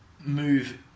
move